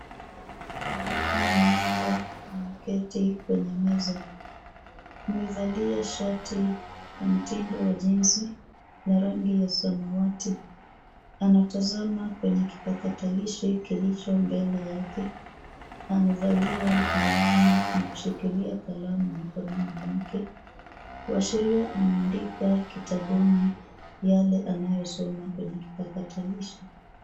Mwanaume mmoja ameketi kwenye meza. Amevalia shati ya mtindo wa jinsi na rangi ya samawati. Anatazama kwenye kipakatalishi kilicho mbele yake. Amevalia miwani na kushikilia kalamu mkononi mwake, kuashiria anaandika kitabuni yale anayosoma kwenye kipakatalishi.